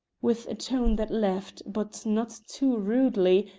with a tone that left, but not too rudely,